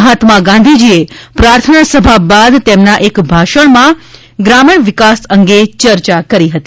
મહાત્મા ગાંધીજીએ પ્રાર્થના સભા બાદ તેમના એક ભાષણમાં ગ્રામીણ વિકાસ અંગે ચર્ચા કરી હતી